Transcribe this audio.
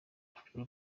true